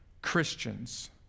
Christians